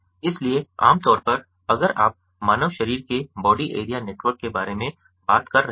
इसलिए आम तौर पर अगर आप मानव शरीर के बॉडी एरिया नेटवर्क के बारे में बात कर रहे हैं